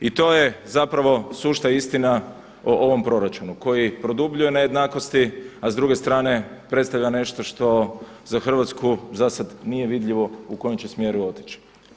I to je zapravo sušta istina o ovom proračunu, koji produbljuje nejednakosti, a s druge strane predstavlja nešto što za Hrvatsku za sada nije vidljivo u kojem će smjeru otići.